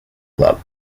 club